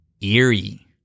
Eerie